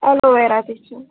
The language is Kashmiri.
اٮ۪لو ویرا تہِ چھِ